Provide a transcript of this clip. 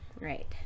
right